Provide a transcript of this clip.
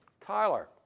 Tyler